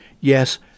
Yes